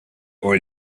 all